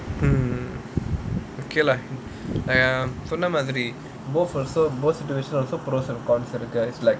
mmhmm okay lah நான் சொன்ன மாரி:naan sonna maari both also both position also pros and cons இருக்கு:irukku like